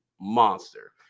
monster